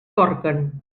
corquen